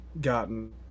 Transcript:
gotten